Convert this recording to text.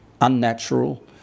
unnatural